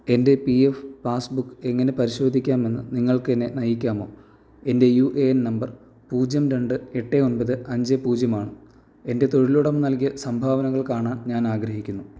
എൻ്റെ P F passbook എങ്ങനെ പരിശോധിക്കാമെന്ന് നിങ്ങൾക്ക് എന്നെ നയിക്കാമോ എൻ്റെ യു എ എൻ നമ്പർ പൂജ്യം രണ്ട് എട്ട് ഒൻപത് അഞ്ച് പൂജ്യമാണ് എൻ്റെ തൊഴിലുടമ നൽകിയ സംഭാവനകൾ കാണാൻ ഞാൻ ആഗ്രഹിക്കുന്നു